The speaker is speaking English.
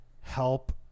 help